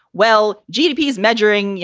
well, gdp is measuring, you